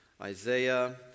Isaiah